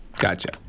Gotcha